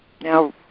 Now